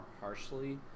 harshly